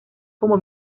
como